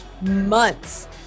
months